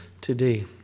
today